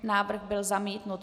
Návrh byl zamítnut.